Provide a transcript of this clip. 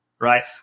Right